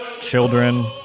Children